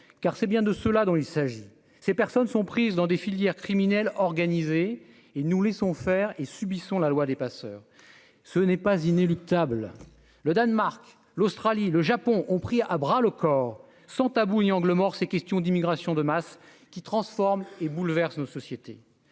car c'est bien de cela dont il s'agit, ces personnes sont prises dans des filières criminelles organisées et nous laissons faire et subissons la loi des passeurs, ce n'est pas inéluctable, le Danemark, l'Australie, le Japon ont pris à bras le corps sans tabou ni angle mort, ces questions d'immigration de masse qui transforme et bouleverse nos sociétés